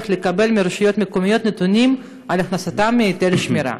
לקבל מהרשויות המקומיות נתונים על הכנסותיהן מהיטלי שמירה.